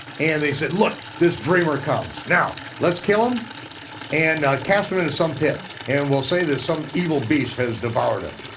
and they said look, this dreamer comes, now, let's kill him and cast him into some pit, and we'll say that some evil beast has devoured him.